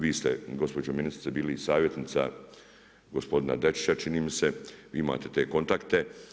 Vi ste gospođo ministrice bili i savjetnica gospodina Dačića, čini mi se, vi imate te kontakte.